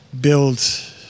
build